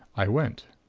i went.